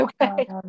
Okay